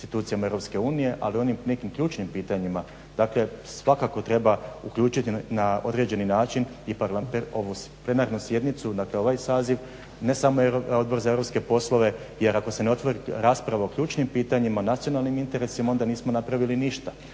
institucijama Europske unije ali u onim nekim ključnim pitanjima, dakle, svakako treba uključiti na određeni način i ovu plenarnu sjednicu dakle ovaj saziv. Ne samo Odbor za europske poslove, jer ako se ne otvori rasprava o ključnim pitanjima, nacionalnim interesima onda nismo napravili ništa.